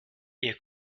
ihr